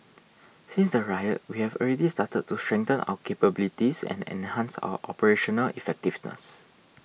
since the riot we have already started to strengthen our capabilities and enhance our operational effectiveness